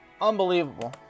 unbelievable